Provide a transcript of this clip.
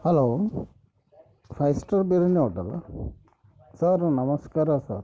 hello five star biryani ಹೋಟೆಲಾ sir ನಮಸ್ಕಾರ sir